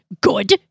Good